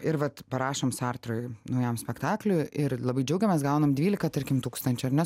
ir vat prašom sartrui naujam spektakliui ir labai džiaugiamės gaunam dvyliką tarkim tūkstančių ar ne